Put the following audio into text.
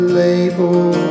label